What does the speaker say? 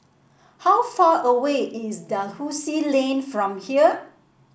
how far away is Dalhousie Lane from here